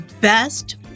best